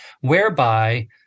whereby